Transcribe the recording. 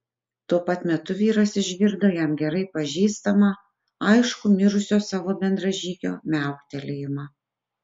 tuo pat metu vyras išgirdo jam gerai pažįstamą aiškų mirusio savo bendražygio miauktelėjimą